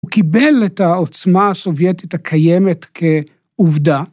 הוא קיבל את העוצמה הסובייטית הקיימת כעובדה.